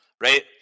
right